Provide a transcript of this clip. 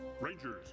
Rangers